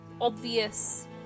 obvious